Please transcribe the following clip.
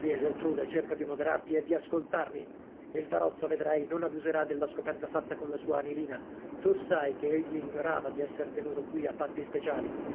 geltrude cerca di moderarti e di ascoltarmi il barozzo vedrai non abuserà della scoperta fatta con la sua anilina tu sai che egli ignorava di esser tenuto qui a patti speciali